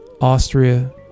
Austria